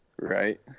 Right